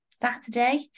Saturday